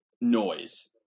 noise